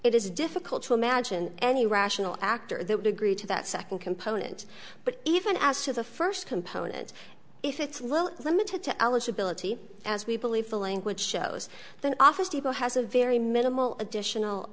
pricing it is difficult to imagine any rational actor that would agree to that second component but even as to the first component if it's little limited to eligibility as we believe the language shows that office depot has a very minimal additional